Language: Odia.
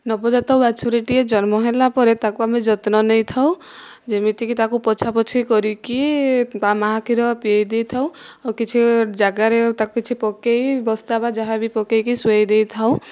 ନବଜାତ ବାଛୁରିଟିଏ ଜନ୍ମ ହେଲା ପରେ ତାକୁ ଆମେ ଯତ୍ନ ନେଇଥାଉ ଯେମିତିକି ତାକୁ ପୋଛାପୋଛି କରିକି ତା ମାଆ କ୍ଷୀର ପିଆଇ ଦେଇଥାଉ ଆଉ କିଛି ଯାଗାରେ ତାକୁ କିଛି ପକାଇ ବସ୍ତା ବା ଯାହା ବି ପକାଇକି ଶୁଆଇ ଦେଇଥାଉ